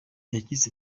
yagize